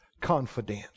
confidence